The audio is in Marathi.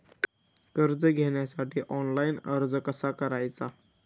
कर्ज घेण्यासाठी ऑनलाइन अर्ज कसा करायचा?